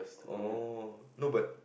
orh no but